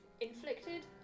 Inflicted